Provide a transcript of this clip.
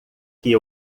que